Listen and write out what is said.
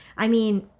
i mean,